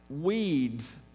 Weeds